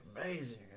amazing